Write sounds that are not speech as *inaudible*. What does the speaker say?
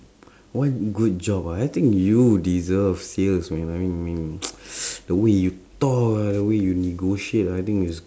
*breath* what good job ah I think you would deserve sales man I mean I mean *noise* *breath* the way you talk lah] the way you negotiate ah I think is